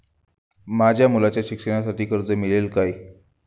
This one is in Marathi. माझ्या मुलाच्या शिक्षणासाठी कर्ज मिळेल काय?